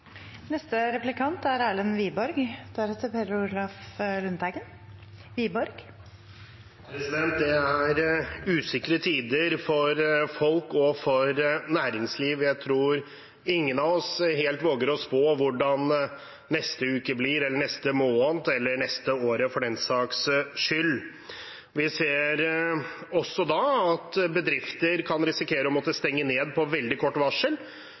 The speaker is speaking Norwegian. Det er usikre tider for folk og for næringsliv. Jeg tror ingen av oss helt våger å spå hvordan neste uke blir, eller neste måned, eller det neste året, for den saks skyld. Vi ser også at bedrifter kan risikere å måtte stenge ned på veldig kort varsel,